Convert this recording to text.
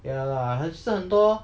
ya lah 很像很多